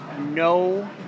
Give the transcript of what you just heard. no